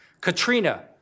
Katrina